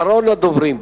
אחרון הדוברים.